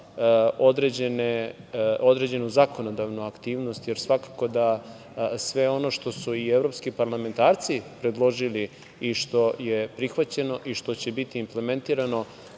određenu zakonodavnu aktivnost, jer svakako da sve ono što su i evropskim parlamentarci predložili i što je prihvaćeno i što će biti implementirano